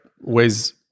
ways